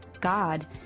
God